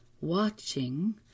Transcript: watching